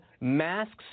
Masks